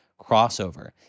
crossover